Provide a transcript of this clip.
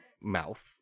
mouth